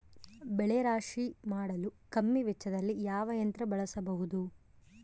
ಬೆಳೆ ರಾಶಿ ಮಾಡಲು ಕಮ್ಮಿ ವೆಚ್ಚದಲ್ಲಿ ಯಾವ ಯಂತ್ರ ಬಳಸಬಹುದು?